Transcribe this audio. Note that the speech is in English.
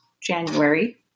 January